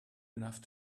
enough